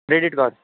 credit card